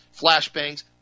flashbangs